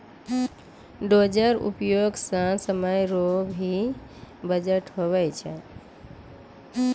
dozer उपयोग से समय रो भी बचत हुवै छै